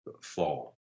fall